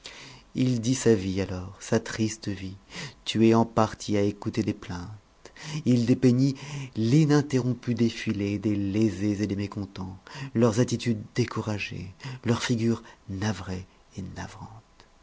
il dit sa vie alors sa triste vie tuée en partie à écouter des plaintes il dépeignit l'ininterrompu défilé des lésés et des mécontents leurs attitudes découragées leurs figures navrées et navrantes